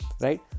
right